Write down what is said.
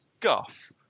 guff